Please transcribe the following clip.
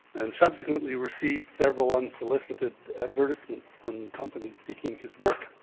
and subsequently received several unsolicited advertisements from companies seeking his work.